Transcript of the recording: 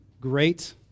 great